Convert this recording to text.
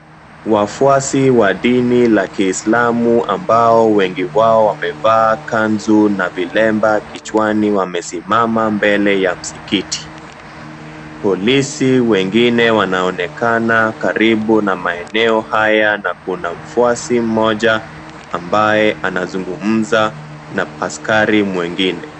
Wafuasi wa dini la Kiislamu ambao wengi wao wamevaa kanzu na vilemba kichwani wamesimama mbele ya msikiti. Polisi wengine wanaonekana karibu na maeneo haya na kuna mfuasi mmoja ambaye anazungumza na askari mwingine.